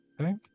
Okay